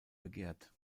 begehrt